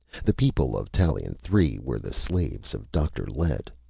the people of tallien three were the slaves of dr. lett.